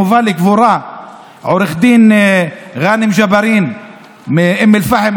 מובא לקבורה עו"ד גאנם ג'בארין מאום אל-פחם,